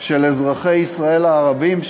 של אזרחי ישראל הערבים,